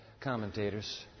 commentators